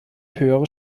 höhere